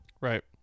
Right